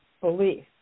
belief